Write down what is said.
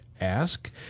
ask